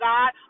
God